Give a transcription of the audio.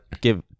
give